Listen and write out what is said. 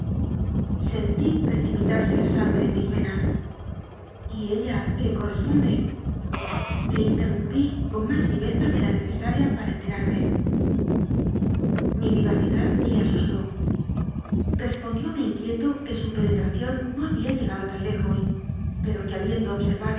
sentí precipitarse la sangre en mis venas y ella le corresponde le interrumipí con más viveza de la necesaria para ente rarme mi vivacidad le asustó respondióme inquieto que su penetración no había llegado tan lejos pero que